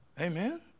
Amen